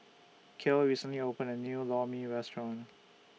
Cale recently opened A New Lor Mee Restaurant